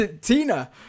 Tina